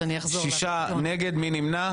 שישה נגד, מי נמנע?